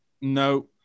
No